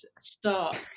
start